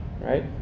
Right